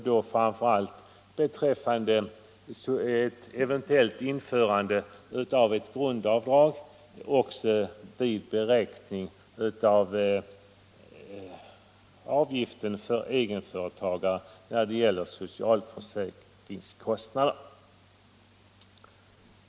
Det gäller ett eventuellt införande av grundavdrag också vid beräkning av socialförsäkringsavgift för egenföretagare.